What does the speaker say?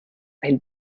ein